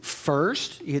First